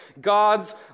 God's